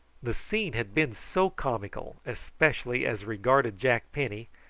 the scene had been so comical, especially as regarded jack penny,